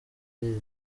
iri